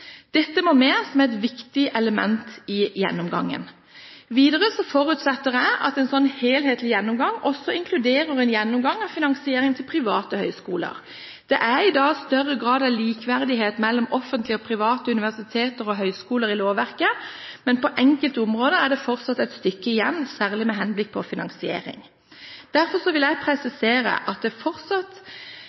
Dette må med som et viktig element i gjennomgangen. Videre forutsetter jeg at en sånn «helhetlig gjennomgang» også inkluderer en gjennomgang av finansieringen av private høyskoler. Det er i dag større grad av likeverdighet mellom offentlige og private universiteter og høyskoler i lovverket, men på enkelte områder er det fortsatt et stykke igjen, særlig med henblikk på finansiering. Derfor vil jeg presisere målet om full likebehandling av private og offentlige høyskoler også når det